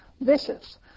vicious